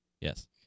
Yes